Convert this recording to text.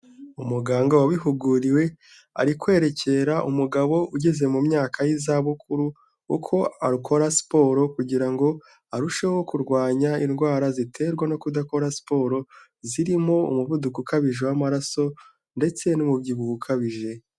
Umuganga wabihuguriwe ari kwerekera umugabo ugeze mu myaka y'izabukuru, uko akora siporo, kugira ngo arusheho kurwanya indwara ziterwa no kudakora siporo, zirimo umuvuduko ukabije w'amaraso, ndetse n'umubyibuho ukabije.